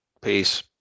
Peace